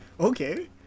Okay